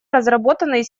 разработанный